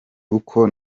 uko